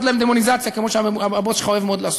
להם דמוניזציה כמו שהבוס שלך אוהב מאוד לעשות.